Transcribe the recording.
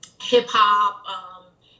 hip-hop